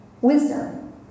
wisdom